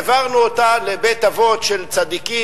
העברנו אותה לבית-אבות של צדיקים,